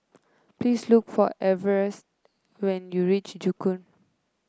please look for Everet when you reach Joo Koon